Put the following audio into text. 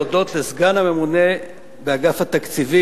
להודות לסגן הממונה באגף התקציבים,